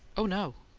oh, no.